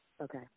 Okay